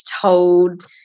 told